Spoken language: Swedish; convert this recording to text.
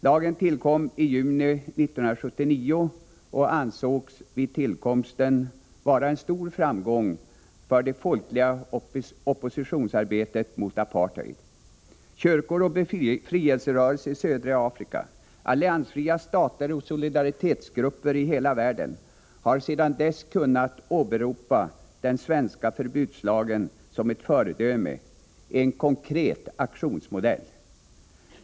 Den beslutades i juni 1979 och ansågs vid tillkomsten vara en stor framgång för det folkliga opinionsarbetet mot apartheid. Kyrkor och befrielserörelser i södra Afrika, alliansfria stater och solidaritetsgrupper i hela världen har sedan dess kunnat åberopa den svenska förbudslagen som ett föredöme, en konkret aktionsmodell.